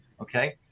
Okay